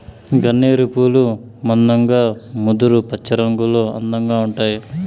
గన్నేరు పూలు మందంగా ముదురు పచ్చరంగులో అందంగా ఉంటాయి